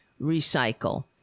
recycle